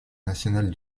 national